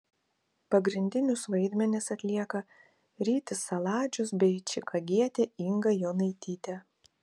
pagrindinius vaidmenis atlieka rytis saladžius bei čikagietė inga jonaitytė